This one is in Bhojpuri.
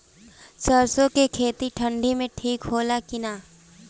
सरसो के खेती ठंडी में ठिक होला कि ना?